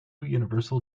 universal